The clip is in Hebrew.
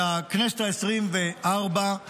בכנסת העשרים-וארבע,